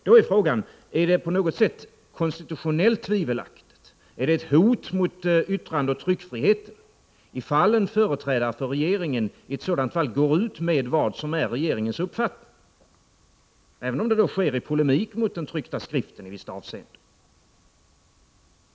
Då är frågan: Är det på något sätt konstitutionellt tvivelaktigt, är det ett hot mot yttrandeoch tryckfrihet, ifall en företrädare för regeringen i ett sådant fall deklarerar vad som är regeringens uppfattning, även om det sker i polemik mot den tryckta skriften i visst avseende?